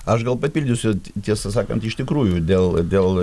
aš gal papildysiu tiesą sakant iš tikrųjų dėl dėl